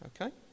okay